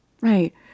Right